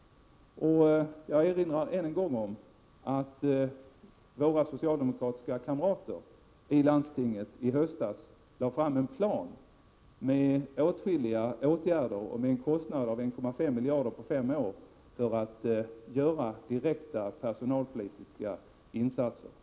Jag vill än en gång erinra om att våra socialdemokratiska kamrater i landstinget i höstas lade fram en plan med förslag till åtskilliga åtgärder till en kostnad av 1,5 miljarder på fem år — för direkta personalpolitiska insatser. Prot.